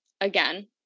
again